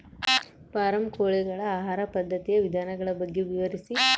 Form ಕೋಳಿಗಳ ಆಹಾರ ಪದ್ಧತಿಯ ವಿಧಾನಗಳ ಬಗ್ಗೆ ವಿವರಿಸಿ?